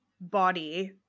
body